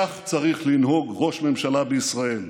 כך צריך לנהוג ראש ממשלה בישראל,